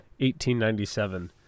1897